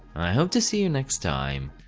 i hope to see you next time,